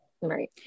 Right